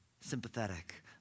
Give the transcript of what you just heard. sympathetic